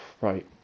right